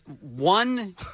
one